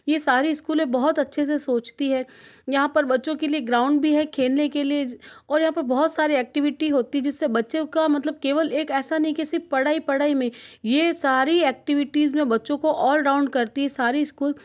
ये सारे स्कूल बहुत अच्छे से सोचती है यहाँ पर बच्चों के लिए ग्राउन्ड भी है खेलने के लिए और यहाँ बहुत सारी ऐक्टिविटी होती है जिससे बच्चों का मतलब केवल एक ऐसा नहीं है कि सिर्फ पढ़ाई पढ़ाई में ये सारी ऐक्टिविटीज़ में बच्चों को ऑलराउन्ड करती है सारी स्कूल